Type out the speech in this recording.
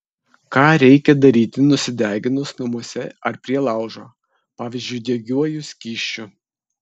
ką reikia daryti nusideginus namuose ar prie laužo pavyzdžiui degiuoju skysčiu